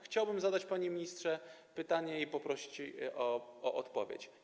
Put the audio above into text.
Chciałbym zadać, panie ministrze, pytanie i poprosić o odpowiedź.